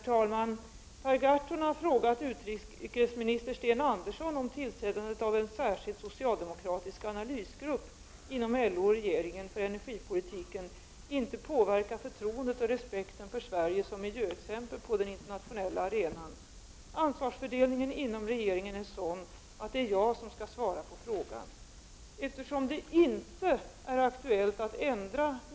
Tillsättandet häromdagen av en särskild socialdemokratisk analysgrupp inom LO/regeringen för energipolitiken utgör ett alarmerande bevis för inre socialdemokratisk splittring och opålitlighet när det gäller att upprätthålla de tre viktiga miljövänliga energibesluten om att avveckla kärnkraften, hejda koldioxidutsläppen och bevara de outbyggda Norrlandsälvarna.